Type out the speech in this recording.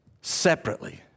Separately